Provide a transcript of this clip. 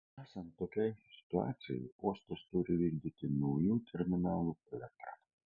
esant tokiai situacijai uostas turi vykdyti naujų terminalų plėtrą